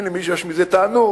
אם למישהו יש מזה תענוג,